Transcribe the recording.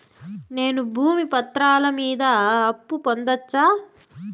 నేను భూమి పత్రాల మీద అప్పు పొందొచ్చా?